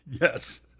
Yes